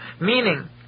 meaning